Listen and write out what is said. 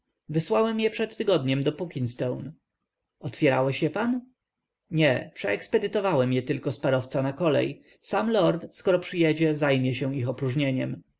wysłałem je przed tygodniem do puckinstone otwierałeś je pan nie przeekspedyowałem je tylko z parowca na kolej sam lord skoro przyjedzie zajmie się ich opróżnieniem